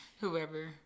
Whoever